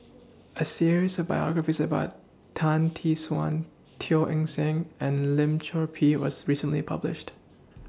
A series of biographies about Tan Tee Suan Teo Eng Seng and Lim Chor Pee was recently published